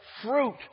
fruit